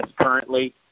currently